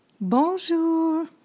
Bonjour